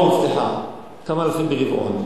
ברבעון, סליחה, כמה אלפים ברבעון.